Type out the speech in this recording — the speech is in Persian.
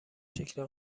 شکل